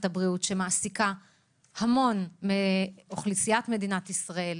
הבריאות שמעסיקה המון מאוכלוסיית מדינת ישראל,